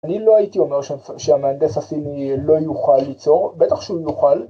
‫אני לא הייתי אומר שהמהנדס הסיני ‫לא יוכל ליצור, בטח שהוא יוכל.